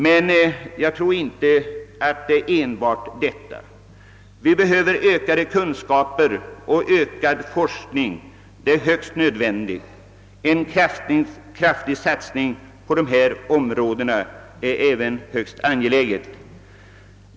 Men jag tror inte det är enbart detta det gäller. Vi behöver ökade kunskaper och en utvidgad forskning är därför nödvändig. Det är angeläget att en kraftig satsning görs på hithörande områden.